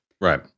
Right